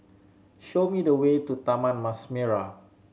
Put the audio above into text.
show me the way to Taman Mas Merah